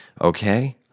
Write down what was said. Okay